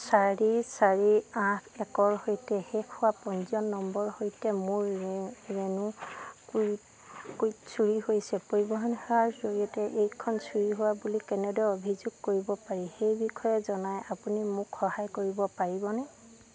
চাৰি চাৰি আঠ একৰ সৈতে শেষ হোৱা পঞ্জীয়ন নম্বৰৰ সৈতে মোৰ ৰেনো কুইড চুৰি হৈছে পৰিবহণ সেৱাৰ জৰিয়তে এইখন চুৰি হোৱা বুলি কেনেদৰে অভিযোগ কৰিব পাৰি সেই বিষয়ে জনাই আপুনি মোক সহায় কৰিব পাৰিবনে